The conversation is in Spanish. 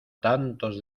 tantos